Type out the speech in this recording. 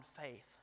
faith